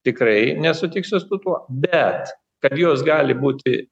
tikrai nesutiksiu su tuo bet kad jos gali būti